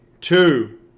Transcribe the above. two